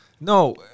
No